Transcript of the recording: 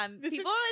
People